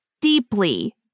deeply